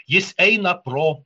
jis eina pro